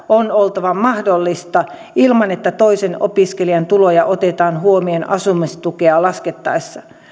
on oltava mahdollista ilman että toisen opiskelijan tuloja otetaan huomioon asumistukea laskettaessa